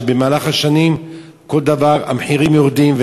שבמהלך השנים בכל דבר המחירים יורדים.